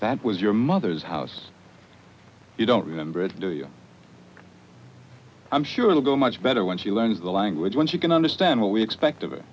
that was your mother's house you don't remember do you i'm sure it'll go much better when she learns the language when she can understand what we expect of